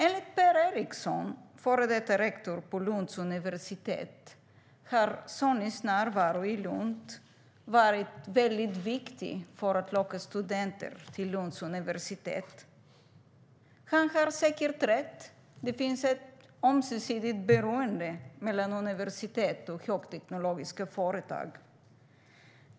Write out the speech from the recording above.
Enligt Per Eriksson, före detta rektor för Lunds universitet, har Sonys närvaro i Lund varit viktig för att locka studenter till Lunds universitet. Han har säkert rätt. Det finns ett ömsesidigt beroende mellan universitet och högteknologiska företag.